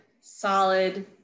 solid